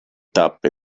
tappe